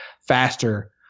faster